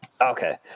Okay